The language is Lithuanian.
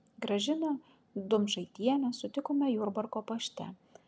gražiną dumčaitienę sutikome jurbarko pašte